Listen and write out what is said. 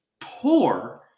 poor